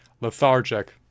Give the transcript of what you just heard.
lethargic